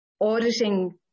auditing